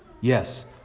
Yes